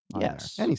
Yes